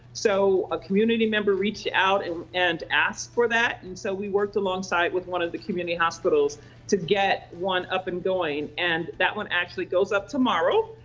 so a community member reach out and and ask for that. and so we worked alongside with one of the community hospitals to get one up and going. and that one actually goes up tomorrow.